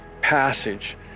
passage